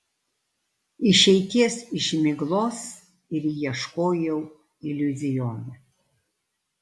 išeities iš miglos ir ieškojau iliuzione